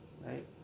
right